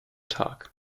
tag